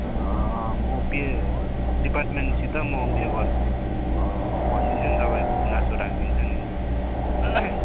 म P A डिपार्टमेन्टसित म उयो गरिदिन् भनिदिन्छु नि तपाईँको गुनासो राखिदिन्छु नि